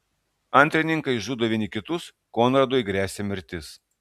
antrininkai žudo vieni kitus konradui gresia mirtis